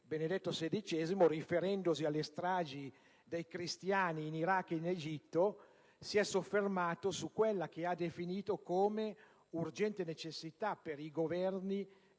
Benedetto XVI, riferendosi alle stragi di cristiani in Iraq ed Egitto, si è soffermato su quella che ha definito come «urgente necessità per i Governi